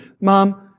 Mom